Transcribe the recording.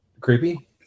Creepy